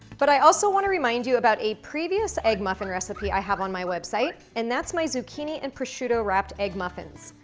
but, i also wanna remind you about a previous egg muffin recipe i have on my website, and that's my zucchini and prosciutto wrapped egg muffins.